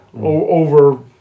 over